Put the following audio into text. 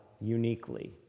uniquely